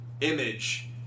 Image